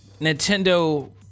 Nintendo